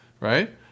right